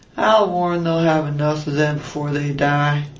i'll war'n' they'll have enough of them before they die.